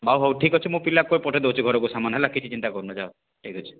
ହଉ ହଉ ଠିକ୍ ଅଛି ମୁଁ ପିଲାକୁ ପଠାଇ ଦେଉଛି ସେ ଘରକୁ ସାମାନ୍ ହେଲା କିଛି ଚିନ୍ତା କରନା ଯାଅ ଠିକ୍ ଅଛି